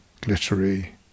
glittery